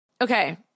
Okay